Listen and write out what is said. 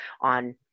on